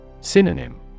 Synonym